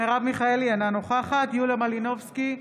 מרב מיכאלי, אינה נוכחת יוליה מלינובסקי,